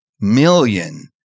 million